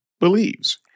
believes